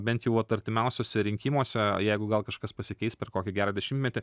bent jau vat artimiausiuose rinkimuose jeigu gal kažkas pasikeis per kokį gerą dešimtmetį